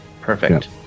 perfect